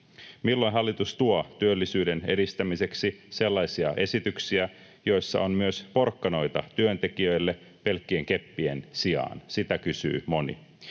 Milloin hallitus tuo työllisyyden edistämiseksi sellaisia esityksiä, joissa on myös porkkanoita työntekijöille pelkkien keppien sijaan, sitä kysyy moni.